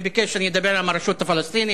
וביקש שאני אדבר עם הרשות הפלסטינית.